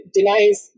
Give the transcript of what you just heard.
denies